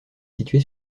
situé